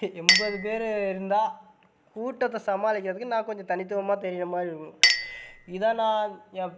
எண்பது பேர் இருந்தால் கூட்டத்தை சமாளிக்கிறதுக்கு நான் கொஞ்சம் தனித்துவமாக தெரிகிற மாதிரி இருக்கணும் இதை நான் என்